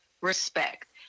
respect